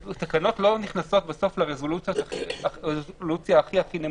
תקנות לא נכנסות בסוף לרזולוציה הכי הכי נמוכה,